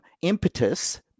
impetus